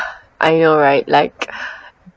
I know right like